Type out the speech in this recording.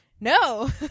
no